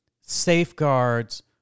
safeguards